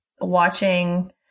watching